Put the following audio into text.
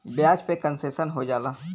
ब्याज पे कन्सेसन हो जाला